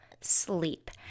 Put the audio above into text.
sleep